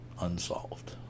unsolved